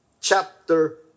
chapter